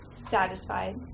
satisfied